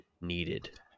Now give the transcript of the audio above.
needed